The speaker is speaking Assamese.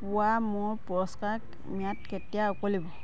পোৱা মোৰ পুৰস্কাৰক ম্যাদ কেতিয়া উকলিব